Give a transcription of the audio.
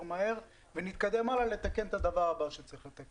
מהר ונתקדם הלאה לתקן את הדבר הבא שצריך לתקן.